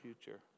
future